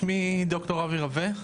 שמי ד"ר אבי רווה,